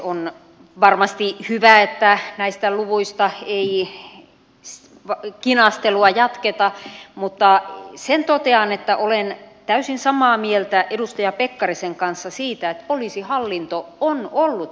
on varmasti hyvä että näistä luvuista kinastelua ei jatketa mutta sen totean että olen täysin samaa mieltä edustaja pekkarisen kanssa siitä että poliisihallinto on ollut raskasta